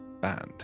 Band